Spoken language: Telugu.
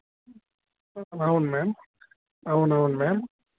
అవును మ్యామ్ అవునవును మ్యామ్